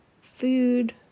food